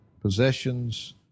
possessions